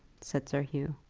said sir hugh.